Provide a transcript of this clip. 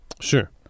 Sure